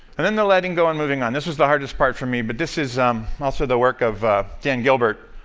and then the letting go and moving on. this was the hardest part for me, but this is um also the work of dan gilbert,